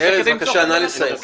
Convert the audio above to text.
ארז, בבקשה לסיים.